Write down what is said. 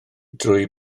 drwy